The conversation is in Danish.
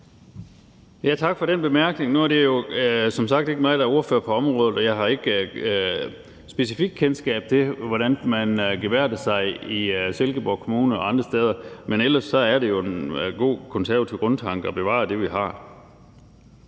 Tak for den bemærkning. Nu er det jo som sagt ikke mig, der er ordfører på området, og jeg har ikke specifikt kendskab til, hvordan man gebærder sig i Silkeborg Kommune og andre steder. Men ellers er det jo en god konservativ grundtanke at bevare det, vi har.